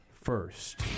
first